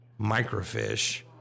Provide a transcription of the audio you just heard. Microfish